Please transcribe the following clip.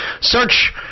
Search